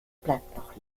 bleibt